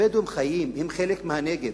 הבדואים חיים, הם חלק מהנגב.